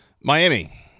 Miami